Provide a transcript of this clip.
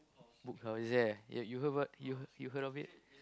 book I was there ya you heard about you you heard of it